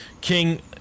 King